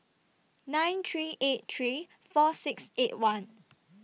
nine three eight three four six eight one